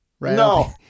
No